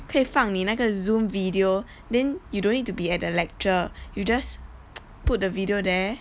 可以放你那个 zoom video then you don't need to be at the lecture you just put the video there